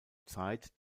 zeit